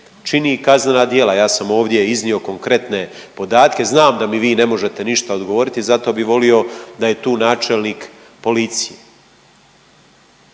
čini kaznena djela. Ja sam ovdje iznio konkretne podatke, znam da mi vi ne možete ništa odgovoriti zato bih volio da je tu načelnik policije.